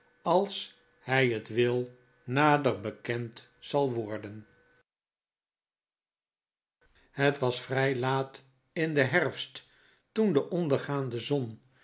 als hij het wil nader bekend zal worden het was vrij laat in den herfst toen de ondergaande zon